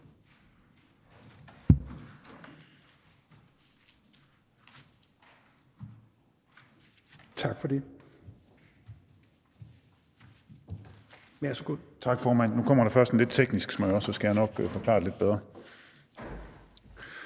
Tak for det.